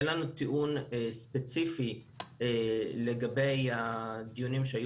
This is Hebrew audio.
אין לנו טיעון ספציפי לגבי הדיונים שהיו